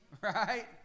Right